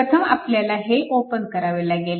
तर प्रथम आपल्याला हे ओपन करावे लागेल